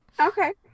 okay